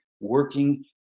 working